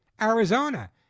Arizona